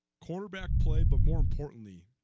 quarterback play but more importantly